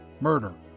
murder